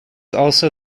also